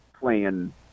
playing